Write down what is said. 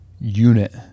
unit